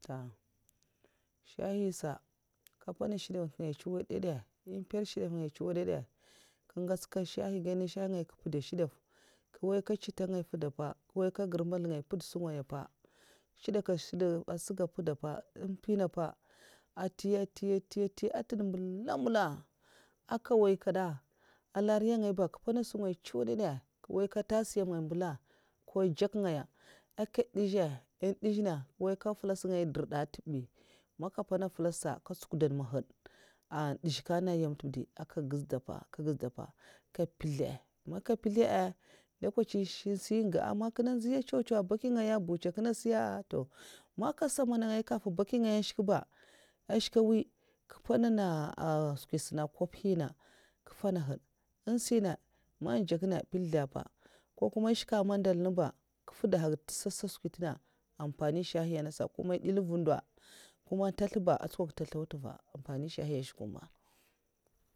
Mpèna shèd'dèf ngaya tsuwadada skwi'ngaya tsuwa'dadad nkè ngèts kad na shay ba nku mpèd shdaf nkè n woy kad tsèta gaya nku mpuda pa ka n'woy ka ngirmbazl ngay nku mpuda pa nchèda ka sukur nkè mpuda pa aèt atè nkè n woy lariya nku ndèzhè masa sna nkunmpè gagtdè mèbèkla agay man ngada mbèl ndzuwa ba nkpèsl pèsl pèsla nkè tsidak pa nku mpèza sungaya man mana sak pèt pèt pèta snungaya tsuwadad a sungaya man madangwoz ba kuma ma dè ngaya agèda gè durty ko sungèd ba man ngura ngèla sungaya ana mbwahwazum'ngèla sungay na midi nginè kyè kyè an nsnas man ngu nwozè kam nèl sungaya'ba ahyalaki nkè ngu ngwozi ba ntè kyau ba ngè ngèla midi sa'ndo